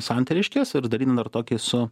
santariškes ir dalino dar tokį su